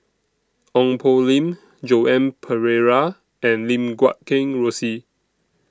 Ong Poh Lim Joan Pereira and Lim Guat Kheng Rosie